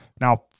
now